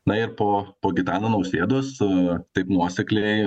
na ir po po gitano nausėdos e taip nuosekliai